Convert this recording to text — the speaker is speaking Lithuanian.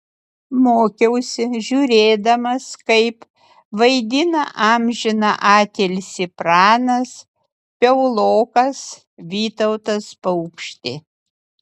mokiausi žiūrėdamas kaip vaidina amžiną atilsį pranas piaulokas vytautas paukštė